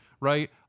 right